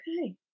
Okay